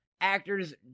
actors